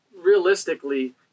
realistically